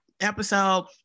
episode